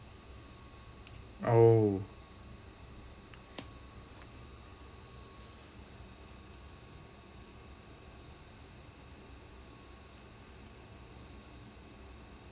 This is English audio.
oh